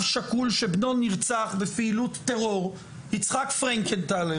שכול שבנו נרצח בפעילות טרור יצחק פרנקנטל,